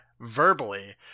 verbally